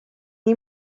nii